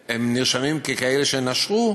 אף שהם נרשמים ככאלה שנשרו,